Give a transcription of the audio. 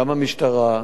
גם המשטרה,